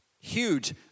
huge